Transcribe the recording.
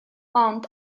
ond